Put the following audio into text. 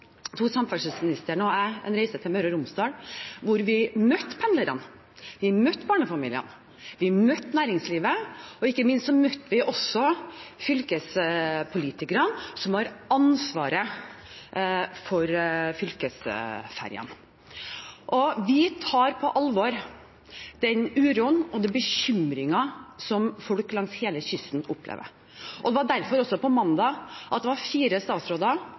og jeg en reise til Møre og Romsdal, hvor vi møtte pendlerne, vi møtte barnefamiliene, vi møtte næringslivet, og ikke minst møtte vi også fylkespolitikerne som har ansvaret for fylkesferjene. Vi tar på alvor den uroen og den bekymringen folk langs hele kysten opplever. Det var også derfor fire statsråder fra regjeringen på mandag